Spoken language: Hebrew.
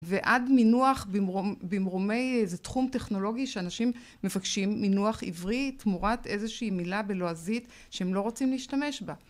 ועד מינוח במרום... במרומי איזה תחום טכנולוגי, שאנשים מבקשים מינוח עברי, תמורת איזושהי מילה בלועזית שהם לא רוצים להשתמש בה.